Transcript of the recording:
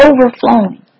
overflowing